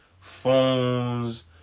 phones